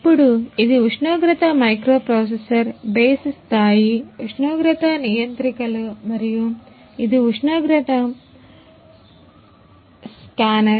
ఇప్పుడు ఇది ఉష్ణోగ్రత మైక్రోప్రాసెసర్ బేస్ స్థాయి ఉష్ణోగ్రత నియంత్రికలు మరియు ఇది ఉష్ణోగ్రత స్కానర్